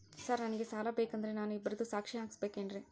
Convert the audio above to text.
Sir ನನಗೆ ಸಾಲ ಬೇಕಂದ್ರೆ ನಾನು ಇಬ್ಬರದು ಸಾಕ್ಷಿ ಹಾಕಸಬೇಕೇನ್ರಿ?